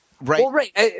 right